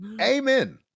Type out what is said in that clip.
Amen